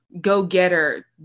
go-getter